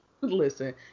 listen